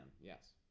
Yes